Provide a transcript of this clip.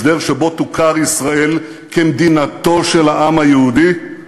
הסדר שבו תוכר ישראל כמדינתו של העם היהודי,